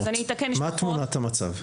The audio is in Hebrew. מה תמונת המצב?